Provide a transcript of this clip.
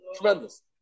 tremendous